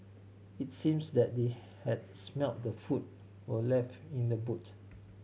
it seemed that they had smelt the food were left in the boot